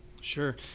sure